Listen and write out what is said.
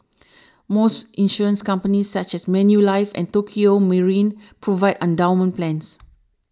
most insurance companies such as Manulife and Tokio Marine provide endowment plans